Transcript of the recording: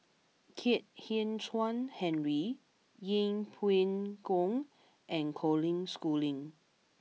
Kwek Hian Chuan Henry Yeng Pway Ngon and Colin Schooling